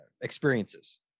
experiences